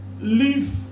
leave